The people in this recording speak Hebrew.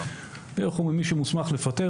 מי שמוסמך לפטר